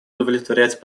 удовлетворять